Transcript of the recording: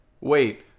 wait